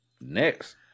Next